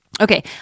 Okay